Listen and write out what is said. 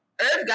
Earth